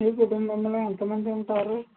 మీ కుటుంబంలో ఎంతమంది ఉంటారు